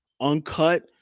uncut